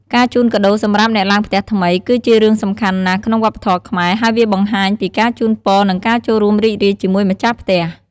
ការជូនកាដូសម្រាប់អ្នកឡើងផ្ទះថ្មី គឺជារឿងសំខាន់ណាស់ក្នុងវប្បធម៌ខ្មែរ ហើយវាបង្ហាញពីការជូនពរ និងការចូលរួមរីករាយជាមួយម្ចាស់ផ្ទះ។